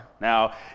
Now